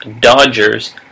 Dodgers